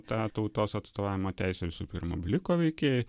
tą tautos atstovavimo teisę visų pirma bliko veikėjai